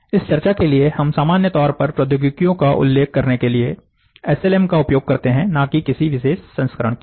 इस चर्चा के लिए हम सामान्य तौर पर प्रौद्योगिकियों का उल्लेख करने के लिए एस एल एम का उपयोग करते हैं ना की किसी विशेष संस्करण के लिए